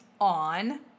on